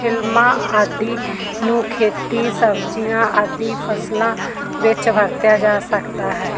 ਫਿਲਮਾਂ ਆਦਿ ਨੂੰ ਖੇਤੀ ਸਬਜ਼ੀਆਂ ਆਦਿ ਫ਼ਸਲਾਂ ਵਿੱਚ ਵਰਤਿਆ ਜਾ ਸਕਦਾ ਹੈ